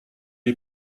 est